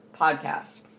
podcast